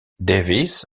davis